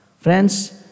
Friends